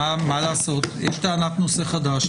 למה טענת הנושא החדש?